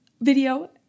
video